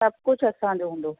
सभु कुझु असांजो हूंदो